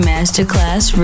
Masterclass